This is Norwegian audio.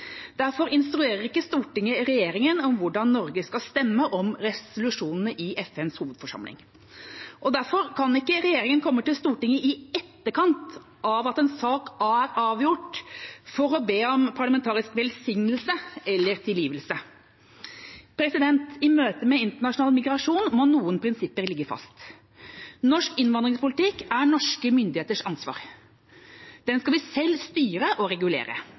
Derfor instruerer ikke Stortinget regjeringa om hvordan Norge skal stemme om resolusjonene i FNs hovedforsamling, og derfor kan ikke regjeringa komme til Stortinget i etterkant av at en sak er avgjort, for å be om parlamentarisk velsignelse eller tilgivelse. I møtet med internasjonal migrasjon må noen prinsipper ligge fast. Norsk innvandringspolitikk er norske myndigheters ansvar. Den skal vi selv styre og regulere.